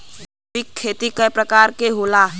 जैविक खेती कव प्रकार के होला?